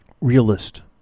realist